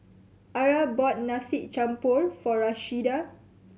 Arah bought Nasi Campur for Rashida